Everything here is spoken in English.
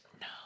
no